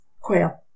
Quail